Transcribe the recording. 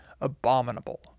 abominable